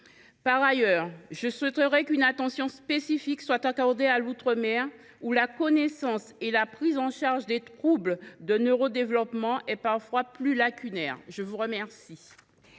Par ailleurs, je souhaiterais qu’une attention spécifique soit accordée à l’outre mer, où la connaissance et la prise en charge des troubles du neurodéveloppement est parfois plus lacunaire. La parole